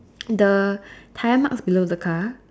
the time of below the car